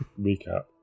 Recap